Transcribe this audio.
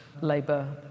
Labour